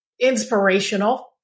inspirational